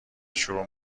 شروع